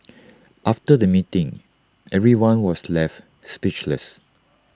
after the meeting everyone was left speechless